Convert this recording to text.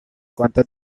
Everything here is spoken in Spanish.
cuantas